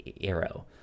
arrow